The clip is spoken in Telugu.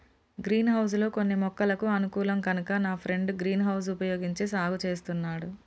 గ్రీన్ హౌస్ లో కొన్ని మొక్కలకు అనుకూలం కనుక నా ఫ్రెండు గ్రీన్ హౌస్ వుపయోగించి సాగు చేస్తున్నాడు